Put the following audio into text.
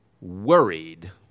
worried